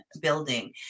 building